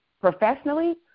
professionally